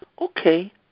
okay